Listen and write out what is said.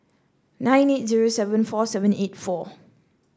nine eight zero seven four seven eight four